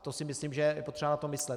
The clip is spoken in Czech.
To si myslím, že je potřeba na to myslet.